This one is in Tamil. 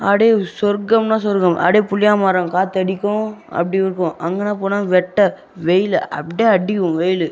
அப்படியே சொர்க்கம்னா சொர்க்கம் அப்படியே புளியமரம் காற்று அடிக்கும் அப்படி இருக்கும் அங்கனா போனால் வெட்ட வெயில் அப்படியே அடிக்கும் வெயில்